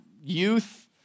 youth